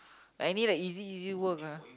like any like easy easy work lah